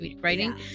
writing